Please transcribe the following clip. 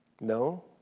No